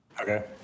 Okay